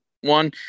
one